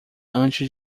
antes